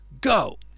go